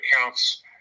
accounts